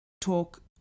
talk